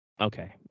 Okay